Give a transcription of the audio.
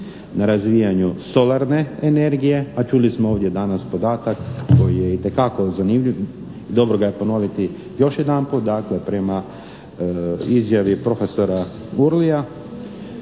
na razvijanju solarne energije, a čuli smo ovdje danas podatak koji je itekako zanimljiv i dobro ga je ponoviti još jedan put, dakle prema izjavi profesora Guruja,